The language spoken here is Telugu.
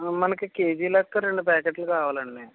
మనకి కేజీ లెక్క రెండు ప్యాకెట్లు కావాలండి